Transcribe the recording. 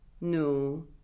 no